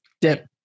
dip